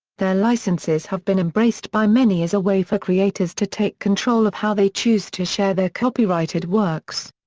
their licenses have been embraced by many as a way for creators to take control of how they choose to share their copyrighted works.